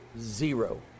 zero